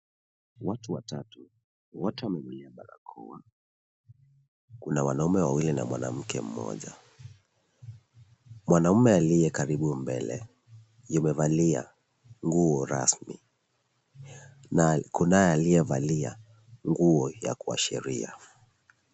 Watu watatu, wote wamevalia barakoa. Kuna wanaume wawili na mwanamke mmoja. Mwanaume aliye karibu mbele yumevalia nguo rasmi na kunaye aliyevalia nguo ya kuashiria.